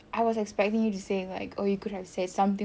no saya pun tak tahu nak cakap apa